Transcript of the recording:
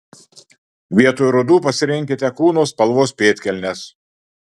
vietoj rudų pasirinkite kūno spalvos pėdkelnes